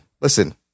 Listen